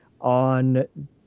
on